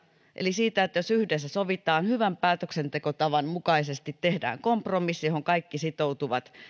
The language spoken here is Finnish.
eli siitä että jos yhdessä sovitaan hyvän päätöksentekotavan mukaisesti tehdään kompromissi johon kaikki sitoutuvat